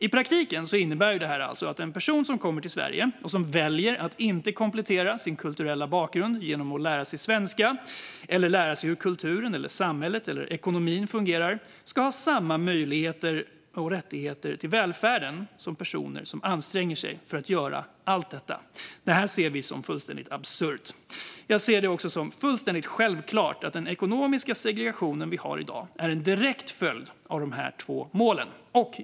I praktiken innebär detta att en person som kommer till Sverige och som väljer att inte komplettera sin kulturella bakgrund genom att lära sig svenska eller hur kulturen, samhället eller ekonomin fungerar ska ha samma möjligheter och rättigheter till välfärden som en person som anstränger sig för att göra allt detta. Det här ser vi som fullständigt absurt. Jag ser det också som fullständigt självklart att den ekonomiska segregation som vi har i dag är en direkt följd av de två målen.